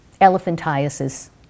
Elephantiasis